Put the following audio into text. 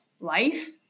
life